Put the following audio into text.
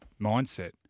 mindset